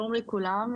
שלום לכולם.